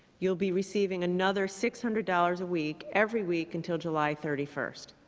you'll be receiving another six hundred dollars a week every week until july thirty first.